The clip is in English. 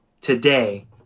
today